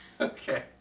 Okay